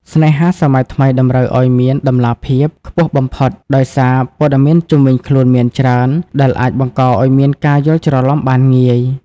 ស្នេហាសម័យថ្មីតម្រូវឱ្យមាន «តម្លាភាព» ខ្ពស់បំផុត ដោយសារព័ត៌មានជុំវិញខ្លួនមានច្រើន ដែលអាចបង្កឱ្យមានការយល់ច្រឡំបានងាយ។